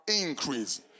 increase